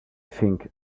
think